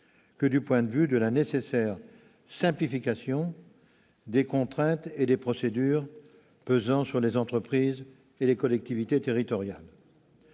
l'environnement, que de la nécessaire simplification des contraintes et des procédures pesant sur les entreprises et les collectivités territoriales.